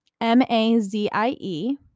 M-A-Z-I-E